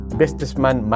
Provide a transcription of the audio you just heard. businessman